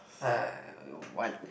uh want